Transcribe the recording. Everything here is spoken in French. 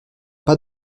pas